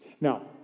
Now